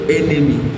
enemy